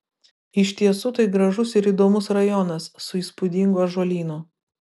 iš tiesų tai gražus ir įdomus rajonas su įspūdingu ąžuolynu